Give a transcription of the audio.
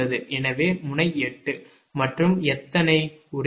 எனவே முனை 8 மற்றும் எத்தனை ஒரே ஒரு